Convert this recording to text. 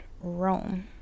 Rome